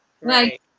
Right